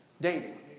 Dating